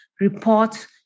report